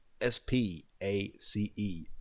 s-p-a-c-e